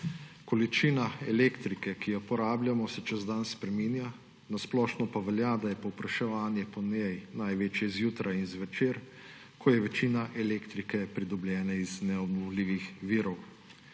Količina elektrike, ki jo porabljamo, se čez dan spreminja, na splošno pa velja, da je povpraševanje po njej največji zjutraj in zvečer, ko je večina elektrike pridobljene iz neobnovljivih virov.